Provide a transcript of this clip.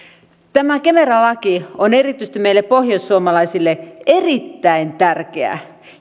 kemera laki on erityisesti meille pohjoissuomalaisille erittäin tärkeä